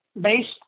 based